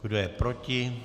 Kdo je proti?